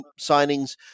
signings